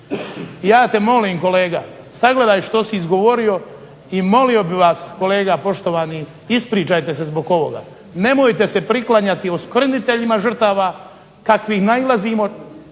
Ja te molim kolega, sagledaj što si izgovorio i molio bih vas kolega poštovani, ispričajte se zbog ovoga. Nemojte se priklanjati oskvrniteljima žrtava kakvi nailazimo